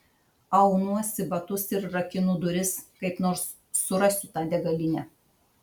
aunuosi batus ir rakinu duris kaip nors surasiu tą degalinę